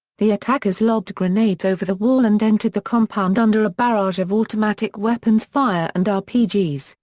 the attackers lobbed grenades over the wall and entered the compound under a barrage of automatic weapons fire and rpgs,